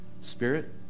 Spirit